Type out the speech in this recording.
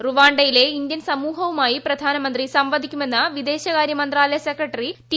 റുവാണ്ടയിലെ Indian സ്മൂഹവുമായി പ്രധാനമന്ത്രി സംവദിക്കുമെന്ന് വിദേശകാര്യ മന്ത്രാലിയ് സെക്രട്ടറി ടി